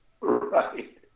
Right